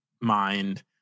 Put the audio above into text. mind